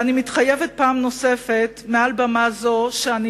ואני מתחייבת פעם נוספת, מעל במה זו, שאני